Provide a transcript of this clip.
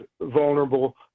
vulnerable